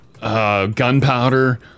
Gunpowder